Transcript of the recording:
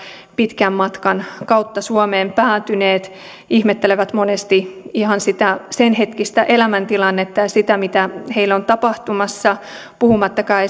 pitkän matkan kautta suomeen päätyneet ihmettelevät monesti ihan sitä sen hetkistä elämäntilannetta ja sitä mitä heille on tapahtumassa puhumattakaan